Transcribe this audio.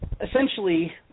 essentially